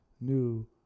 new